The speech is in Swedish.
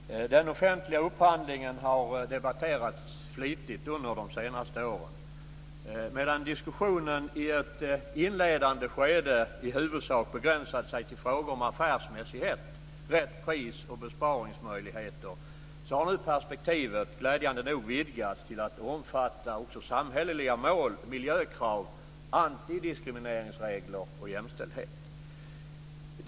Fru talman! Den offentliga upphandlingen har debatterats flitigt under de senaste åren. Medan diskussionen i ett inledande skede i huvudsak begränsade sig till frågor om affärsmässighet, rätt pris och besparingsmöjligheter har perspektivet nu glädjande nog vidgats till att omfatta också samhälleliga mål, miljökrav, antidiskrimineringsregler, jämställdhet m.m.